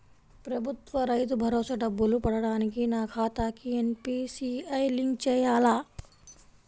ప్రభుత్వ రైతు భరోసా డబ్బులు పడటానికి నా ఖాతాకి ఎన్.పీ.సి.ఐ లింక్ చేయాలా?